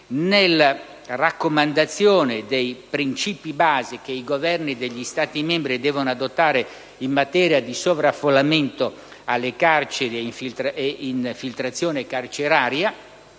nella Raccomandazione dei principi base che i Governi degli Stati membri devono adottare in materia di sovraffollamento della carceri e di infiltrazione carceraria,